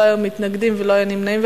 לא היו מתנגדים ולא היו נמנעים.